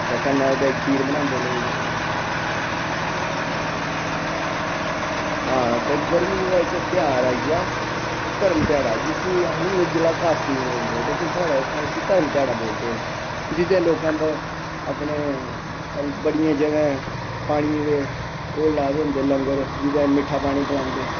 ते कन्नै ओह्दै च खार बनांदे लोग हां ते गर्मियें दा इक तेहार आई गेआ धर्म ध्याढ़ा जिस्सी अस निर्जला कास्ती बी बोलदे लेकिन साढ़ै उस्सी इत्थै धर्म ध्याह्ड़ा बोलदे जेह्दै च लोकें अपने बड़ियें जगहें पानियें दे ओह् लाए दे होंदे लंगर जेह्दै च मिट्ठा पानी पलैंदे